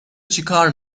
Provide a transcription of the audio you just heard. چیکار